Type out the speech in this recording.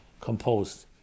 composed